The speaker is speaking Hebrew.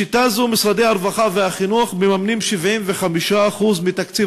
בשיטה זו משרדי הרווחה והחינוך מממנים 75% מתקציב